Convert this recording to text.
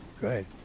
good